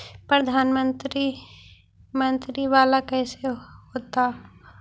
प्रधानमंत्री मंत्री वाला कैसे होता?